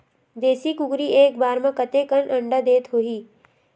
देशी कुकरी एक बार म कतेकन अंडा देत होही?